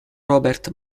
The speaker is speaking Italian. robert